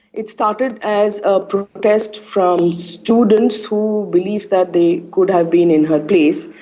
it started as a protest from students who believed that they could have been in her place,